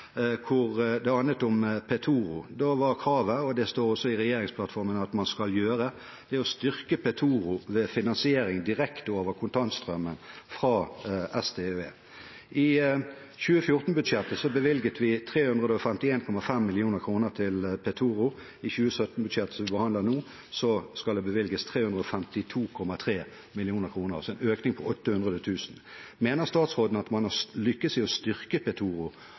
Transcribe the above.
hvor det handlet om Petoro: Da var kravet at man skal – og det står også i regjeringsplattformen – «styrke Petoro ved finansiering direkte over kontantstrømmen fra SDØE». I 2014-budsjettet bevilget vi 351,5 mill. kr til Petoro. I 2017-budsjettet, som vi behandler nå, skal det bevilges 352,3 mill. kr, altså en økning på 800 000 kr. Mener statsråden at man har lykkes i å styrke Petoro,